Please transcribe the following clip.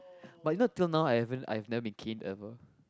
but you know till now I haven't I've never been cane ever